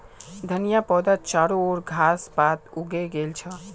धनिया पौधात चारो ओर घास पात उगे गेल छ